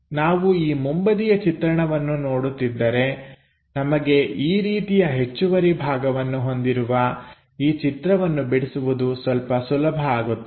ನಾವು ಈ ಮುಂಬದಿಯ ಚಿತ್ರಣವನ್ನು ನೋಡುತ್ತಿದ್ದರೆ ನಮಗೆ ಈ ರೀತಿಯ ಹೆಚ್ಚುವರಿ ಭಾಗವನ್ನು ಹೊಂದಿರುವ ಈ ಚಿತ್ರವನ್ನು ಬಿಡಿಸುವುದು ಸ್ವಲ್ಪ ಸುಲಭ ಆಗುತ್ತದೆ